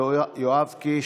יואב קיש,